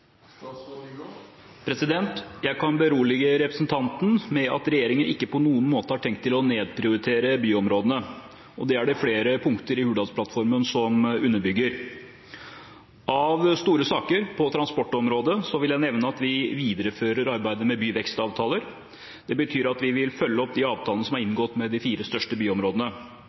Jeg kan berolige representanten med at regjeringen ikke på noen måte har tenkt å nedprioritere byområdene. Det er det flere punkter i Hurdalsplattformen som underbygger. Av store saker på transportområdet vil jeg nevne at vi viderefører arbeidet med byvekstavtaler. Det betyr at vi vil følge opp de avtalene som er inngått med de fire største byområdene.